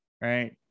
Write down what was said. right